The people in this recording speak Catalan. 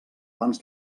abans